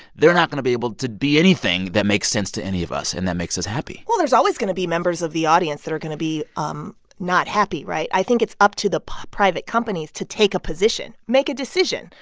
they're not going to be able to be anything that makes sense to any of us and that makes us happy well, there's always going to be members of the audience that are going to be um not happy, right? i think it's up to the private companies to take a position. make a decision,